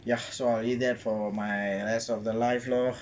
ya so I will eat that for my rest of the life lor